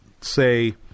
say